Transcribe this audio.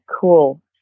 cool